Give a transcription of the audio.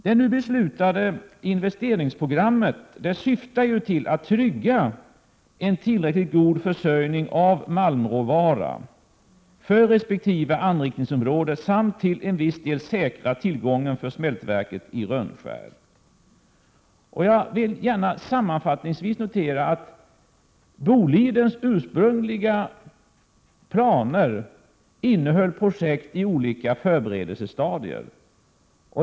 Det nu beslutade investeringsprogrammet syftar till att trygga en tillräcklig försörjning av malmråvara för resp. anrikningsområde samt till en viss del säkra tillgången för smältverket i Rönnskär. Jag vill gärna sammanfattningsvis notera att Bolidens ursprungliga planer innehöll projekt i olika förberedelsestadier.